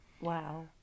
Wow